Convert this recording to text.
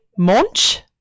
Monch